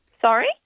Sorry